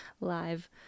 live